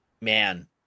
Man